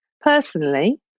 Personally